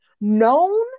known